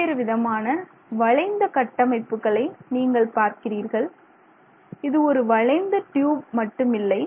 வெவ்வேறு விதமான வளைந்த கட்டமைப்புகளை நீங்கள் பார்க்கிறீர்கள் இது ஒரு வளைந்த டியூப் மட்டுமில்லை